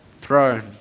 throne